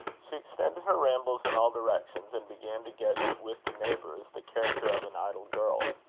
she extended her rambles in all directions, and began to get with the neighbours the character of an idle girl.